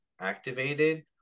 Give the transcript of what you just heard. activated